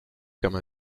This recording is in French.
comme